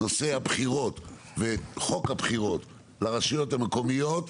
נושא הבחירות וחוק הבחירות לרשויות המקומיות,